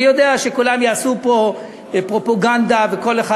אני יודע שכולם יעשו פה פרופגנדה וכל אחד,